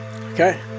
okay